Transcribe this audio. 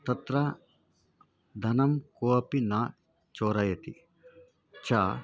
तत्र धनं कोऽपि न चोरयति च